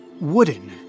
wooden